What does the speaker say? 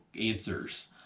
answers